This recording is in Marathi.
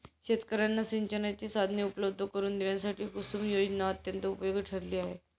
शेतकर्यांना सिंचनाची साधने उपलब्ध करून देण्यासाठी कुसुम योजना अत्यंत उपयोगी ठरली आहे